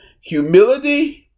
Humility